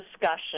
discussion